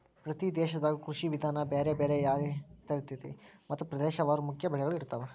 ಪ್ರತಿ ದೇಶದಾಗು ಕೃಷಿ ವಿಧಾನ ಬೇರೆ ಬೇರೆ ಯಾರಿರ್ತೈತಿ ಮತ್ತ ಪ್ರದೇಶವಾರು ಮುಖ್ಯ ಬೆಳಗಳು ಇರ್ತಾವ